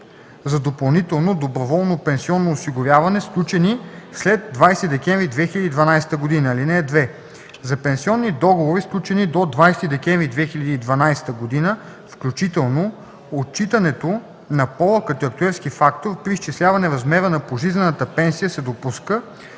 за допълнително доброволно пенсионно осигуряване, сключени след 20 декември 2012 г. (2) За пенсионни договори, сключени до 20 декември 2012 г. включително, отчитането на пола като актюерски фактор при изчисляване размера на пожизнената пенсия се допуска,